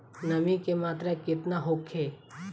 नमी के मात्रा केतना होखे?